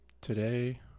Today